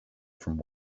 from